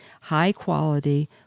high-quality